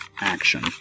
action